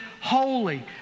holy